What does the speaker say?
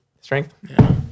strength